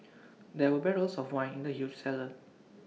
there were barrels of wine in the huge cellar